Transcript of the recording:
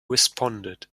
responded